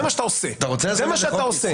זה מה שאתה עושה, זה מה שאתה עושה.